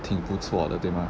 挺不错的对吗